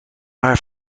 haar